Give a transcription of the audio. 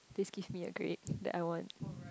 this give me great that I want